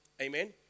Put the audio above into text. amen